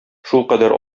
шулкадәр